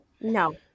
No